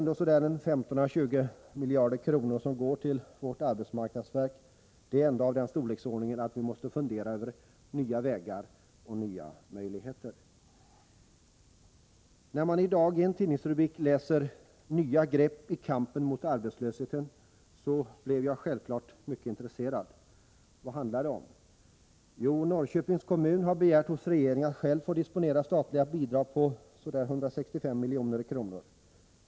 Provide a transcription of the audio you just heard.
De 15 å 20 miljarder kronor som går till vårt arbetsmarknadsverk är ändå pengar av den storleksordningen att vi måste fundera över nya vägar och nya möjligheter. När jag i dag i en tidningsrubrik läste ”Nya grepp i kampen mot arbetslösheten”, blev jag självfallet mycket intresserad. Vad handlade det om? Jo, Norrköpings kommun har begärt hos regeringen att själv få disponera statliga bidrag på ca 165 milj.kr.